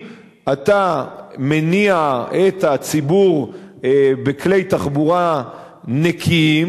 בין אם אתה מניע את הציבור בכלי תחבורה נקיים,